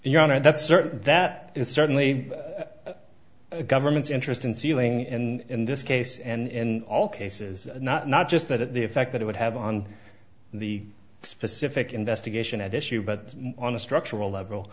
certain that it's certainly government's interest in sealing and in this case and in all cases not not just that the effect that it would have on the specific investigation at issue but on a structural level